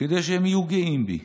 כדי שהם יהיו גאים בי,